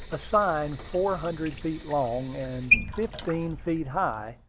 a sign four hundred feet long, and fifteen feet high,